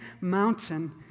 mountain